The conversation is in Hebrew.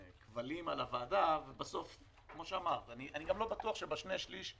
כבלים על הוועדה אני גם לא בטוח שבשני שליש,